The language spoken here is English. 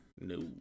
No